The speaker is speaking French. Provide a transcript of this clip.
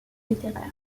littéraire